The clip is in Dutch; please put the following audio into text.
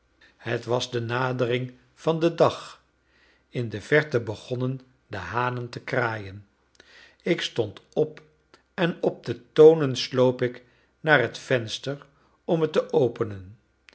het was de nadering van den dag in de verte begonnen de hanen te kraaien ik stond op en op de toonen sloop ik naar het venster om het te openen